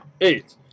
eight